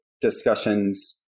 discussions